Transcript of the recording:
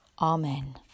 Amen